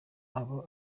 abo